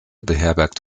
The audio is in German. beherbergt